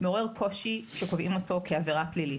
מעורר קושי כשקובעים אותו כעבירה פלילית,